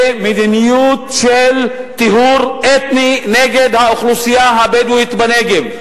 מדיניות של טיהור אתני נגד האוכלוסייה הבדואית בנגב.